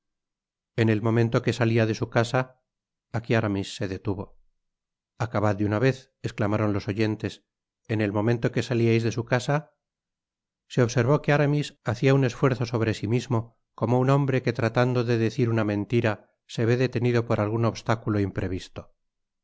en el momento que salia de su casa aqui aramis se detuvo acabad de una vez esclamaron los oyentes en el momento que satiais de su casa content from google book search generated at se observó que aramis hacia un esfuerzo sobre si mismo como un hombre que tratando de decir una mentira se vé detenido por algun obstáculo imprevisto